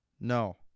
No